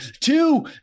two